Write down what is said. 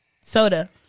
soda